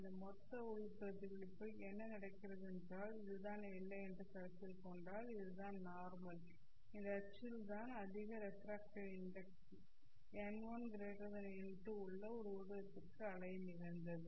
இந்த மொத்த உள் பிரதிபலிப்பில் என்ன நடக்கிறது என்றால் இது தான் எல்லை என்று கருத்தில் கொண்டால் இது தான் நார்மல் இந்த அச்சில் தான் அதிக ரெஃப்ரக்ட்டிவ் இன்டெக்ஸ் n1 n2 உள்ள ஒரு ஊடகத்திலிருந்து அலை நிகழ்ந்தது